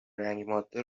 رنگماده